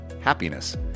happiness